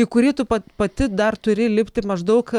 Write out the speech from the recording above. į kurį tu pati dar turi lipti maždaug